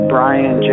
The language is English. Brian